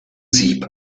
sieb